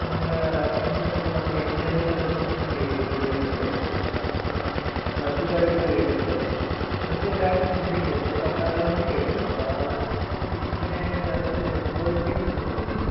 ഇപ്പോൾ നിങ്ങൾ റഫറൻസിന് ഇപ്പോൾ നമുക്ക് എൻജിനീയറിംഗിൻ്റെ റഫറൻസിൻ്റെ ഗൈഡിങ്ങ് ഗൈഡ് ഉണ്ട് പിന്നെ പ്ലസ്ടുക്കാർക്കുള്ള ഗൈഡ് ഉണ്ട് പ്ലസ്ടു എല്ലാത്തിൻ്റെയും ഗൈഡുണ്ട് പത്താം ക്ലാസിൻ്റെയും ഗൈഡ് ഉണ്ട് താഴത്തേക്ക് പിന്നെ എൻ്റെ അറിവിൽ ഒമ്പതിൻ്റെയും ഉണ്ടെന്നു തോന്നുന്നു